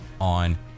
on